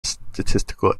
statistical